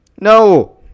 no